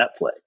Netflix